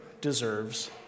deserves